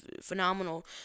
phenomenal